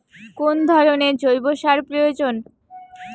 কোন ধরণের জৈব সার প্রয়োজন?